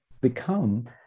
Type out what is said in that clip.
become